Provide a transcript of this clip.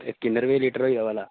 ते कि'न्ने रपेऽ लीटर होई गेदा भला